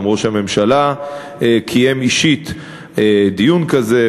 גם ראש הממשלה קיים אישית דיון כזה,